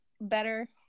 better